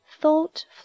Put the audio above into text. thought